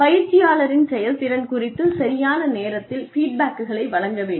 பயிற்சியாளரின் செயல்திறன் குறித்து சரியான நேரத்தில் ஃபீட்பேக்குகளை வழங்க வேண்டும்